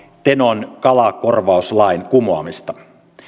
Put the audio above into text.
tenon kalakorvauslain kumoamista